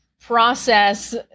process